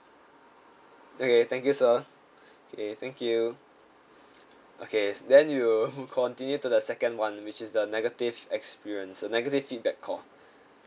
okay thank you sir okay thank you okay then we will continue to the second [one] which is the negative experience negative feedback call